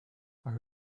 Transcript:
are